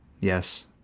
Yes